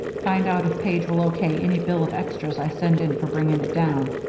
find out if page will o. k. any bill of extras i send in for bringing it down.